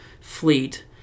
fleet